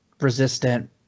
resistant